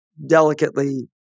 delicately